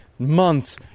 Months